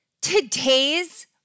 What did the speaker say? today's